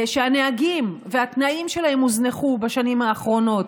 שהנהגים והתנאים שלהם הוזנחו בשנים האחרונות,